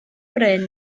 bryn